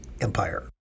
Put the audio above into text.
Empire